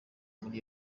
muri